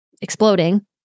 exploding